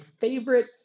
favorite